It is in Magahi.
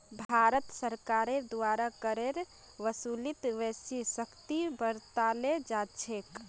भारत सरकारेर द्वारा करेर वसूलीत बेसी सख्ती बरताल जा छेक